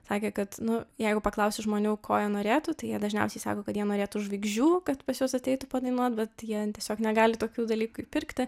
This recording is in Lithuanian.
sakė kad nu jeigu paklausiu žmonių ko jie norėtų tai jie dažniausiai sako kad jie norėtų žvaigždžių kad pas juos ateitų padainuot bet jie tiesiog negali tokių dalykų įpirkti